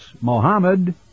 Mohammed